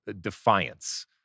defiance